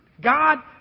God